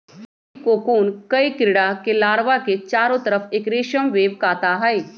एक कोकून कई कीडड़ा के लार्वा के चारो तरफ़ एक रेशम वेब काता हई